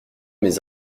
mes